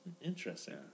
Interesting